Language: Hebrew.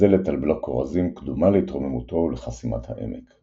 הבזלת על בלוק כורזים קדומה להתרוממותו ולחסימת העמק.